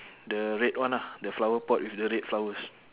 the red one ah the flower pot with the red flowers